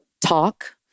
talk